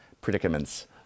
predicaments